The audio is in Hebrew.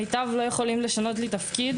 מיטב לא יכולים לשנות לי תפקיד